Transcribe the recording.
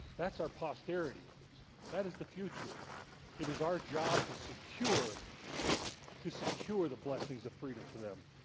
that's our posterity that is the future it is our job to secure to secure the blessings of freedom for them